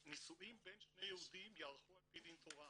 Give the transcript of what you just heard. נישואין בין שני יהודים ייערכו על פי דין תורה.